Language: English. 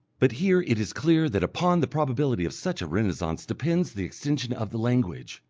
but here it is clear that upon the probability of such a renascence depends the extension of the language,